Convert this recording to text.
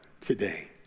today